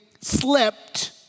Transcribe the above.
slipped